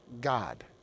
God